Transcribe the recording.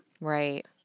Right